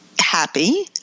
happy